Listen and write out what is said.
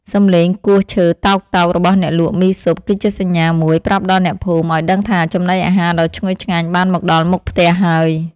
សំឡេងគោះឈើតោកៗរបស់អ្នកលក់មីស៊ុប គឺជាសញ្ញាមួយប្រាប់ដល់អ្នកភូមិឱ្យដឹងថាចំណីអាហារដ៏ឈ្ងុយឆ្ងាញ់បានមកដល់មុខផ្ទះហើយ។